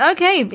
Okay